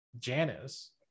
janice